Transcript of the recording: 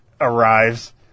arrives